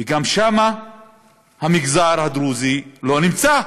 וגם שם המגזר הדרוזי לא נמצא.